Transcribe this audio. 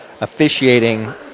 officiating